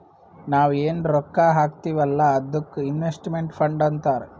ನಾವ್ ಎನ್ ರೊಕ್ಕಾ ಹಾಕ್ತೀವ್ ಅಲ್ಲಾ ಅದ್ದುಕ್ ಇನ್ವೆಸ್ಟ್ಮೆಂಟ್ ಫಂಡ್ ಅಂತಾರ್